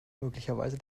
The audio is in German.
möglicherweise